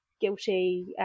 guilty